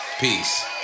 Peace